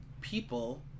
people